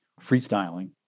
freestyling